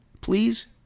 please